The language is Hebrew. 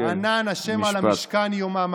"ענן ה' על המשכן יומם".